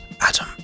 Adam